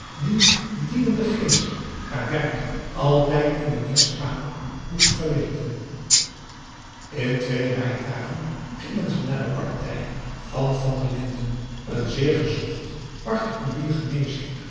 die dienende geest haar werk altijd in meneer's kamer moest verrichten in twee rijtuigen gingen ze naar de partij van van der linden een zeer gezocht particulier